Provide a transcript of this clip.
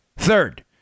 Third